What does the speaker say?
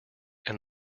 and